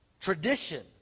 Tradition